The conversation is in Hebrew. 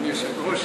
אדוני היושב-ראש,